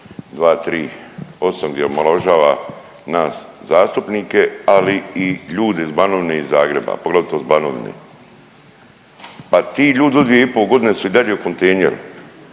238. gdje omalovažava nas zastupnike, ali i ljude iz Banovine, iz Zagreba poglavito s Banovine. Pa ti ljudi u te dvije i pol godine su i dalje u kontejneru,